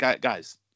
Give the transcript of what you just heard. guys